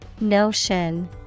Notion